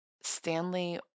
Stanley